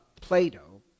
Plato